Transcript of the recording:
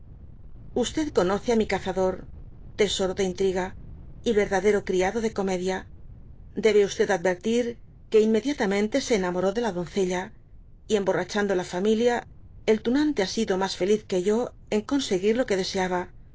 temer conoce á mi cazador tesoro de intriga y verdadero criado de comedia debe advertir que inmediatamente se enamoró de la doncella y emborrachando la emilia el tunante ha sido mas feliz que yor en conseguir lo que deseaba